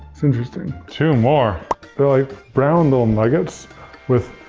that's interesting. two more. they're like brown little nuggets with